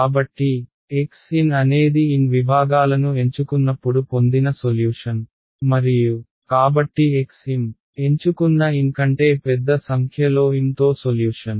కాబట్టి xn అనేది N విభాగాలను ఎంచుకున్నప్పుడు పొందిన సొల్యూషన్ మరియు కాబట్టి xm ఎంచుకున్న N కంటే పెద్ద సంఖ్యలో m తో సొల్యూషన్